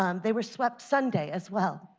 um they were swept sunday as well.